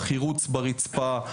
החירוץ ברצפה,